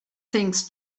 things